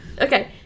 okay